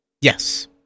Yes